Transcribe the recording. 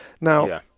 Now